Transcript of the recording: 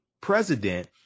president